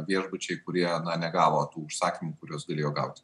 viešbučiai kurie negavo tų užsakymų kuriuos galėjo gauti